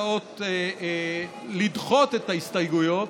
לדחות את ההסתייגויות,